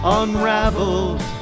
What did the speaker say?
unraveled